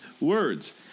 words